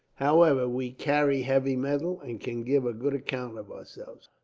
however, we carry heavy metal, and can give a good account of ourselves.